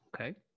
Okay